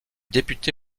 député